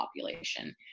population